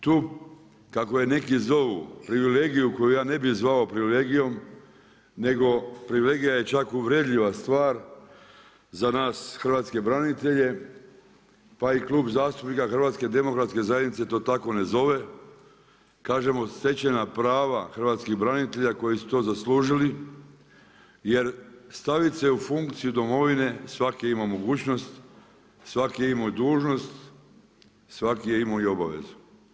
Tu, kako je neki zovu privilegiju koju ja ne bih zvao privilegijom nego privilegija je čak uvredljiva stvar za nas hrvatske branitelje pa i Klub zastupnika HDZ-a to tako ne zove, kažemo stečena prava hrvatskih branitelja koji su to zaslužili jer staviti se u funkciju Domovine svatko je imao mogućnost, svatko je imao i dužnost, svatko je imao i obavezu.